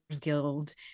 Guild